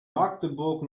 magdeburg